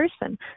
person